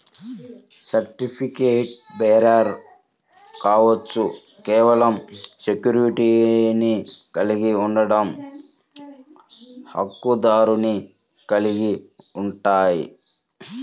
సర్టిఫికెట్లుబేరర్ కావచ్చు, కేవలం సెక్యూరిటీని కలిగి ఉండట, హక్కుదారుని కలిగి ఉంటాయి,